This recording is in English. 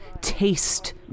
taste